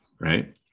Right